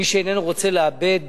מי שאיננו רוצה לאבד